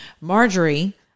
Marjorie